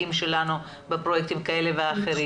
הנציגים שלנו בפרויקטים כאלה ואחרים,